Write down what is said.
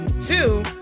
two